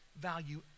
value